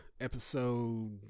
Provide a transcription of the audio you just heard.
Episode